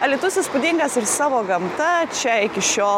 alytus įspūdingas ir savo gamta čia iki šiol